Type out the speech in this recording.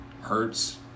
Hurts